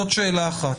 זאת שאלה אחת.